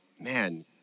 man